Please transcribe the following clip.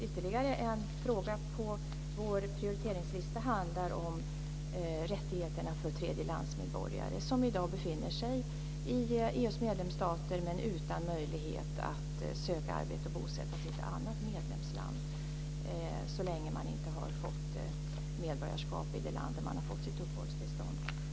Ytterligare en fråga på vår prioriteringslista handlar om rättigheterna för tredjelandsmedborgare som i dag befinner sig i EU:s medlemsstater men utan möjlighet att söka arbete och bosätta sig i ett annat medlemsland så länge de inte har fått medborgarskap i det land där de har fått sitt uppehållstillstånd.